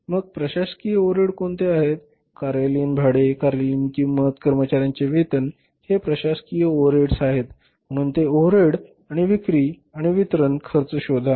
मग प्रशासकीय ओव्हरहेड कोणते आहेत कार्यालयीन भाडे कार्यालयीन किंमत कर्मचार्यांचे वेतन हे प्रशासकीय ओव्हरहेड्स आहेत म्हणून ते ओव्हरहेड आणि विक्री आणि वितरण खर्च शोधा